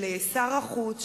של שר החוץ,